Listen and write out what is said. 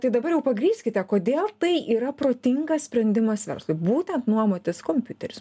o tai dabar jau pagrįskite kodėl tai yra protingas sprendimas verslui būtent nuomotis kompiuterius